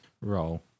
roll